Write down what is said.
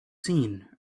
seen